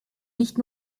nicht